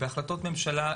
בהחלטות ממשלה ייעודיות,